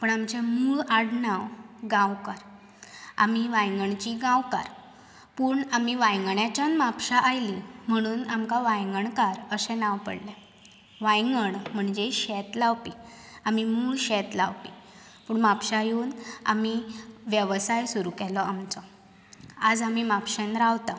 पूण आमचें मुळ आड नांव गांवकर आमी वांयगणची गांवकार पूण आमी वांयगणाच्यान म्हापशां आयलीं म्हणून आमकां वांयगणकार अशें नांव पडलें वांयगण म्हणजें शेंत लावपी आमी मूळ शेत लावपी पूण म्हापशां येवन आमी वेवसाय सुरु केलो आमचो आज आमी म्हापशान रावतां